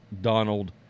Donald